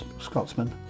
Scotsman